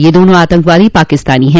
ये दोनों आतंकवादी पाकिस्तानी हैं